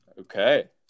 Okay